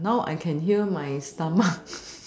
now I can hear my stomach